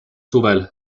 suvel